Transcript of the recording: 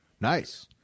Nice